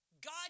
God